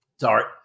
Sorry